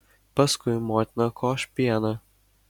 paskui motina koš pieną